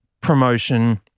promotion